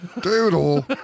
Doodle